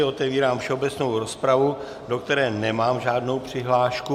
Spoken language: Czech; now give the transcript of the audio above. Otevírám všeobecnou rozpravu, do které nemám žádnou přihlášku.